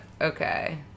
okay